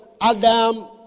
Adam